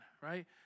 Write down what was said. right